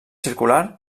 circular